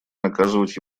оказать